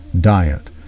diet